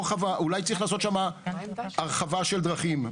אולי צריך לעשות שם הרחבה של דרכים?